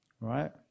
right